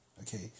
Okay